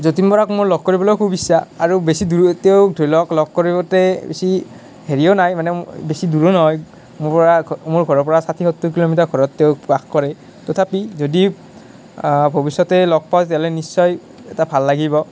যতীন বৰাক মই লগ কৰিবলৈও খুব ইচ্ছা আৰু বেছি দূৰতেও ধৰি লওক লগ কৰিবতে বেছি হেৰিও নাই মানে বেছি দূৰো নহয় মোৰ মোৰ ঘৰৰ পৰা ষাঠি সত্তৰ কিলোমিটাৰ দূৰত তেওঁ বাস কৰে তথাপি যদি ভৱিষ্যতে লগ পাওঁ তেতিয়া হ'লে নিশ্চয় এটা ভাল লাগিব